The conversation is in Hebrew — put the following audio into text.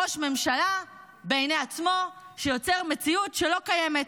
ראש ממשלה בעיני עצמו, שיוצר מציאות שלא קיימת.